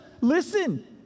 listen